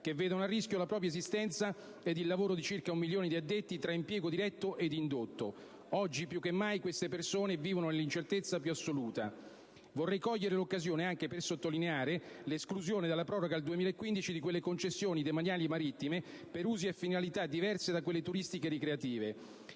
che vedono a rischio la propria esistenza ed il lavoro di circa un milione di addetti tra impiego diretto ed indotto. Oggi più che mai queste persone vivono nell'incertezza più assoluta. Vorrei cogliere l'occasione anche per sottolineare l'esclusione dalla proroga al 2015 di quelle concessioni demaniali marittime per usi e finalità diverse da quelle turistico-ricreative.